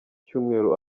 cyumweru